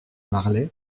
marleix